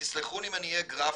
תסלחו לי אם אני אהיה גרפי,